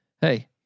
hey